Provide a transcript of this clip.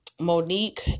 Monique